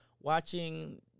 watching